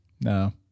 No